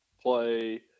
play